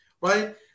Right